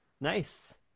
Nice